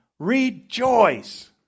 Rejoice